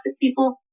people